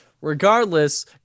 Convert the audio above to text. Regardless